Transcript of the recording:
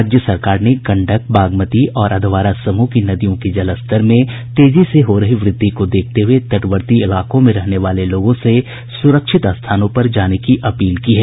राज्य सरकार ने गंडक बागमती और अधवारा समूह की नदियों के जलस्तर में तेजी से हो रही व्रद्धि को देखते हुये तटवर्ती इलाकों में रहने वाले लोगों से सुरक्षित स्थानों पर जाने की अपील की है